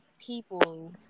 people